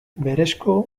berezko